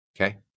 Okay